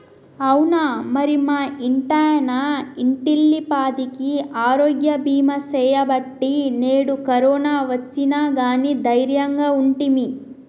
అవునా మరి మా ఇంటాయన ఇంటిల్లిపాదికి ఆరోగ్య బీమా సేయబట్టి నేడు కరోనా ఒచ్చిన గానీ దైర్యంగా ఉంటిమి